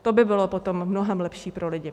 To by bylo potom mnohem lepší pro lidi.